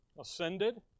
ascended